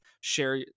share